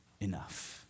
enough